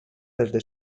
desde